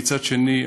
ומצד שני,